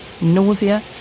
nausea